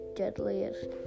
deadliest